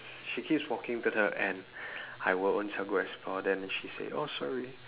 she keeps walking to the end I will own self go and explore then she say oh sorry